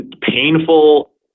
painful